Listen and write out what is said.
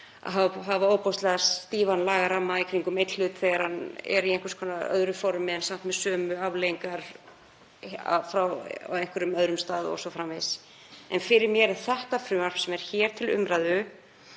með ofboðslega stífan lagaramma í kringum einn hlut þegar hann er í einhverju öðru formi en samt með sömu afleiðingar á einhverjum öðrum stað o.s.frv. Fyrir mér er það frumvarp sem er hér til umræðu